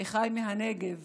אחיי מהנגב